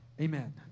Amen